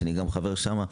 שאני חבר שם,